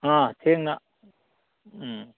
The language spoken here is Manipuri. ꯑꯥ ꯊꯦꯡꯅ ꯎꯝ